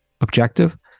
objective